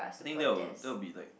think that will that will be like